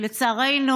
לצערנו,